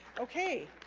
okay